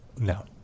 No